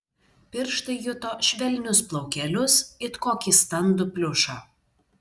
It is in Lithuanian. pirštai juto švelnius plaukelius it kokį standų pliušą